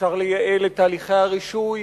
אפשר לייעל את הליכי הרישוי,